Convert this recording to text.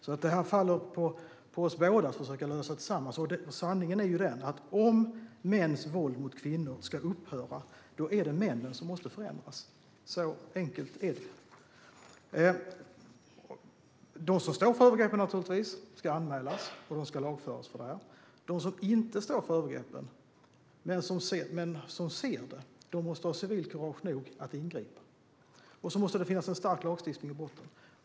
Det faller alltså på oss alla att försöka lösa det här tillsammans. Sanningen är den att om mäns våld mot kvinnor ska upphöra är det männen som måste förändras. Så enkelt är det. De som står för övergreppen ska naturligtvis anmälas och lagföras för det. De som inte står för övergreppen men som ser dem måste ha civilkurage nog att ingripa. Det måste också finnas en stark lagstiftning i botten.